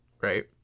right